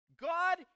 God